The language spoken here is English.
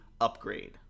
Upgrade